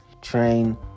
train